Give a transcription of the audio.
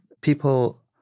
people